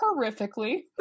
Horrifically